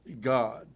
God